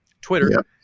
Twitter